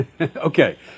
okay